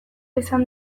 izan